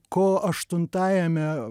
ko aštuntajame